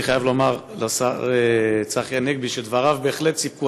אני חייב לומר לשר צחי הנגבי שדבריו בהחלט סיפקו.